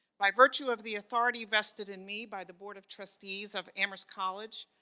by virtue of the authority vested in me, by the board of trustees of amherst college,